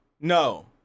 no